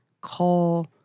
call